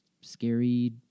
scary